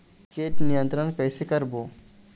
कीट नियंत्रण कइसे करबो?